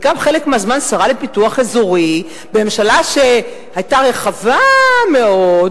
וגם חלק מהזמן שרה לפיתוח אזורי בממשלה שהיתה רחבה מאוד,